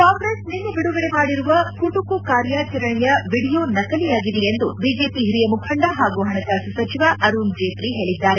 ಕಾಂಗ್ರೆಸ್ ನಿನ್ನೆ ಬಿಡುಗಡೆ ಮಾಡಿರುವ ಕುಟುಕು ಕಾರ್ಯಚರಣೆಯ ವಿಡಿಯೋ ನಕಲಿಯಾಗಿದೆ ಎಂದು ಬಿಜೆಪಿ ಓರಿಯ ಮುಖಂಡ ಪಾಗೂ ಹಣಕಾಸು ಸಚಿವ ಅರುಣ್ ಜೇಟ್ಲಿ ಹೇಳಿದ್ದಾರೆ